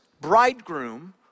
bridegroom